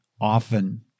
often